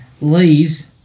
leaves